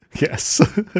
Yes